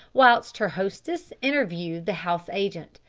whilst her hostess interviewed the house agent.